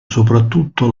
soprattutto